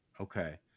Okay